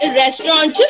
restaurant